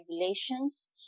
regulations